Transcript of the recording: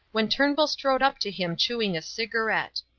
when turnbull strode up to him chewing a cigarette.